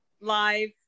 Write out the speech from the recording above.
live